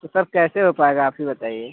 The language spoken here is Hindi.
तो सर कैसे हो पाएगा आप ही बताइए